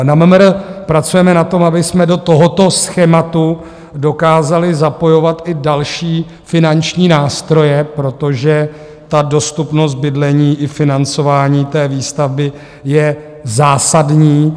Na MMR pracujeme na tom, abychom do tohoto schématu dokázali zapojovat i další finanční nástroje, protože dostupnost bydlení i financování výstavby je zásadní.